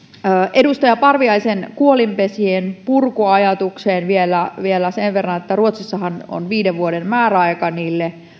edustaja parviaisen kuolinpesien purkuajatukseen vielä vielä sen verran että ruotsissahan on viiden vuoden määräaika niille